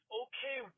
okay